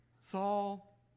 Saul